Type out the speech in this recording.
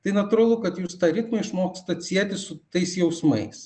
tai natūralu kad jūs tą ritmą išmokstat sieti su tais jausmais